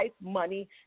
money